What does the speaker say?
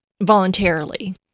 voluntarily